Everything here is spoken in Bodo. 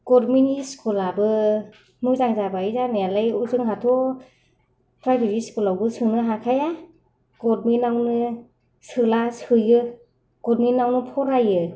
गभर्नमेन्त नि स्कुल आबो मोजां जाबाय जानायालाय जोंहाथ' प्रायभेत स्कुल आबो सोंनो हाखाया गभर्नमेन्त नावनो सोयो गभर्नमेन्त नावनो फरायो